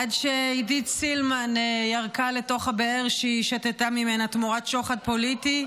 עד שעידית סילמן ירקה לתוך הבאר שהיא שתתה ממנה תמורת שוחד פוליטי,